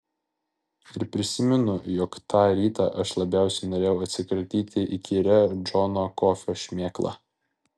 ir prisimenu jog tą rytą aš labiausiai norėjau atsikratyti įkyria džono kofio šmėkla